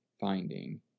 finding